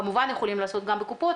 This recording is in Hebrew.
כמובן יכולים לעשות גם בקופות,